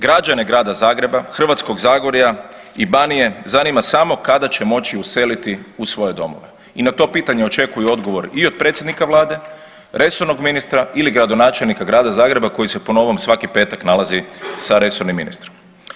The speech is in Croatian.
Građane grada Zagreba, Hrvatskog zagorja i Banije zanima samo kada će moći useliti u svoje domove i na to pitanje očekuju odgovor i od predsjednika Vlade, resornog ministra ili gradonačelnika grada Zagreba koji se po novom svaki petak nalazi sa resornim ministrom.